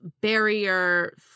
barrier